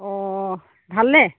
অ' ভালনে